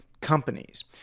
companies